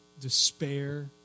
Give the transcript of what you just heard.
despair